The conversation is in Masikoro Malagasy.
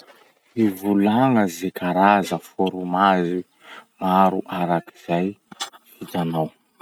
Mivolagna ze karaza fôrmazy araky zay vitanao.